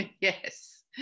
yes